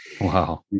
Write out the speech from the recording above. Wow